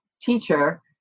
teacher